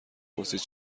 پرسید